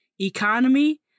economy